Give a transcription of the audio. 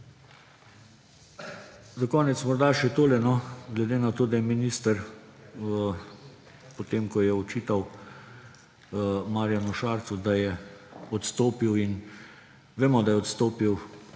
Za konec morda še tole: glede na to, da je minister, potem ko je očital Marjanu Šarcu, da je odstopil − vemo, da je odstopil